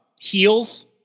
Heels